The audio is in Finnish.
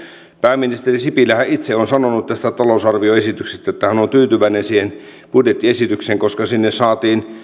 pääministeri sipilähän itse on sanonut tästä talousarvioesityksestä että hän on tyytyväinen siihen budjettiesitykseen koska sinne saatiin